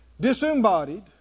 disembodied